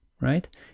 right